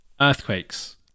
earthquakes